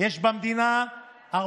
יש במדינה 41,369 חולים פעילים.